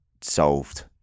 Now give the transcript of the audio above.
solved